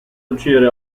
uccidere